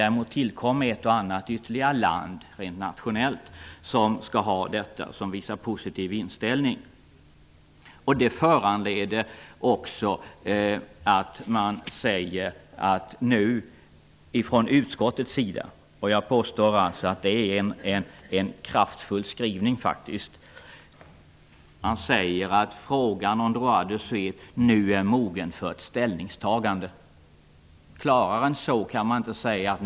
Däremot tillkom ett och annat ytterligare land som sade sig vilja ha detta rent nationellt och som visade positiv inställning. Det föranleder också att utskottet säger -- och jag vill påstå att det är en kraftfull skrivning -- att frågan om ''droit de suite'' nu är mogen för ett ställningstagande. Klarare än så kan det inte sägas.